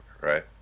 right